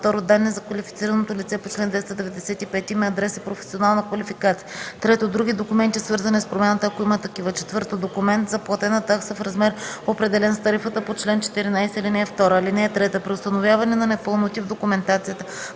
2. данни за квалифицираното лице по чл. 295 – име, адрес и професионална квалификация; 3. други документи, свързани с промяната, ако има такива; 4. документ за платена такса в размер, определен с тарифата по чл. 14, ал. 2. (3) При установяване на непълноти в документацията